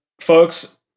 folks